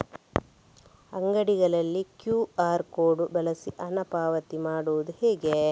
ಅಂಗಡಿಗಳಲ್ಲಿ QR code ಬಳಸಿ ಹಣ ಪಾವತಿ ಮಾಡೋದು ಹೇಗೆ?